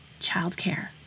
childcare